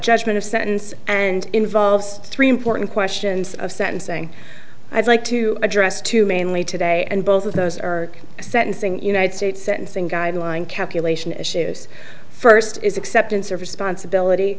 judgment of sentence and involves three important questions of sentencing i'd like to address to mainly today and both of those are sentencing united states sentencing guideline calculation issues first is acceptance of responsibility